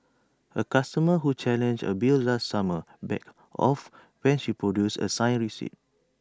A customer who challenged A bill last summer backed off when she produced A signed receipt